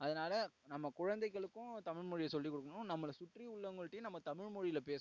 அதனால் நம்ம குழந்தைகளுக்கும் தமிழ் மொழியை சொல்லி கொடுக்கணும் நம்மளை சுற்றி உள்ளவங்கள்டேயும் நம்ம தமிழ் மொழியில் பேசணும்